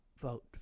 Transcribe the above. vote